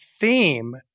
theme